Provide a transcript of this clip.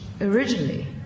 originally